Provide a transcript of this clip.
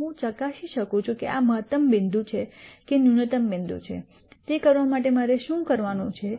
હું ચકાસી શકું છું કે આ મહત્તમ બિંદુ છે કે ન્યૂનતમ બિંદુ છે તે કરવા માટે મારે શું કરવાનું છે